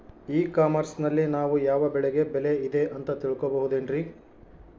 E commerce ನಲ್ಲಿ ನಾವು ಯಾವ ಬೆಳೆಗೆ ಬೆಲೆ ಇದೆ ಅಂತ ತಿಳ್ಕೋ ಬಹುದೇನ್ರಿ?